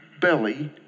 belly